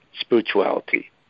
spirituality